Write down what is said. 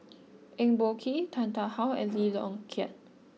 Eng Boh Kee Tan Tarn How and Lee Yong Kiat